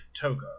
Toga